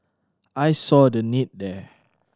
I saw the need there